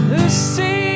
Lucy